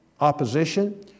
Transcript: opposition